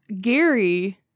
Gary